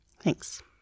Thanks